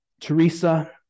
Teresa